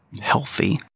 healthy